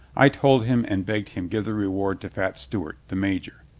i told him and begged him give the reward to fat stewart, the major.